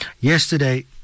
yesterday